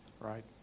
right